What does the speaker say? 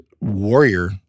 warrior